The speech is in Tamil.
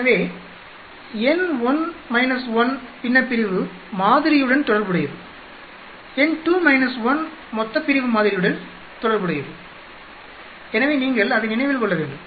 எனவே n1 − 1 பின்னப்பிரிவு மாதிரியுடன் தொடர்புடையது n2 - 1 மொத்தப்பிரிவு மாதிரியுடன் தொடர்புடையது எனவே நீங்கள் அதை நினைவில் கொள்ள வேண்டும்